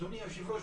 אדוני היושב-ראש,